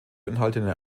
enthaltene